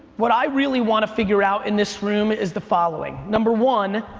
what i really wanna figure out in this room is the following. number one,